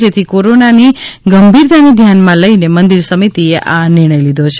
જેથી કોરોનાની ગંભીરતાને ધ્યાને લઇ મંદિર સમિતિએ આ નિર્ણય લીધો છે